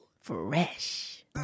fresh